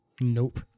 Nope